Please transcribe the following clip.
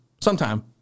sometime